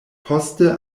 poste